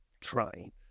trying